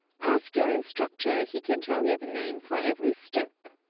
ask your instructor, he can tell you the name for every step.